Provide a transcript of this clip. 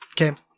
Okay